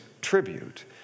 tribute